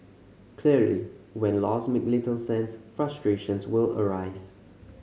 clearly when laws make little sense frustrations will arise